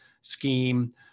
scheme